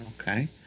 Okay